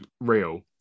real